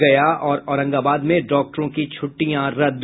गया और औरंगाबाद में डॉक्टरों की छुट्टियां रद्द